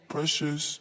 Precious